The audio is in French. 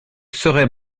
serais